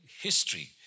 history